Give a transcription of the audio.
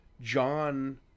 John